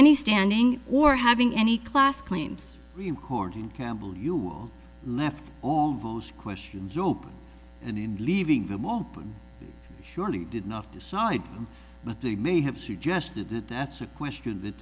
any standing or having any class claims court and campbell you'll left almost questions open and leaving them open surely did not decide but they may have suggested that that's a question that